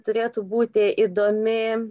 turėtų būti įdomi